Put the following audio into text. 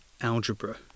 algebra